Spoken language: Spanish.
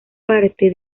parte